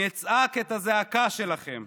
אני אצעק את הזעקה שלכם.